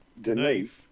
Denise